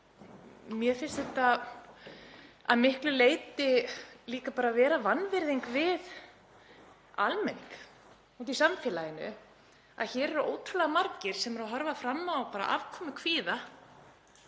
Mér finnst þetta að miklu leyti líka vera vanvirðing við almenning úti í samfélaginu. Hér eru ótrúlega margir sem horfa fram á afkomukvíða,